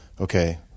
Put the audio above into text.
okay